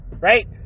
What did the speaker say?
Right